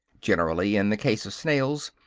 generally, in the case of snails,